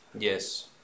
yes